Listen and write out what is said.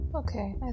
Okay